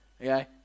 Okay